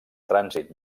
trànsit